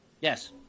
Yes